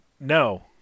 No